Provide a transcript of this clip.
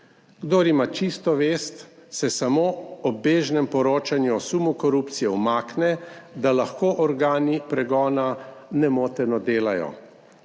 Kdor ima čisto vest, se samo ob bežnem poročanju o sumu korupcije umakne, da lahko organi pregona nemoteno delajo.